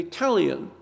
Italian